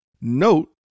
note